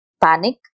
panic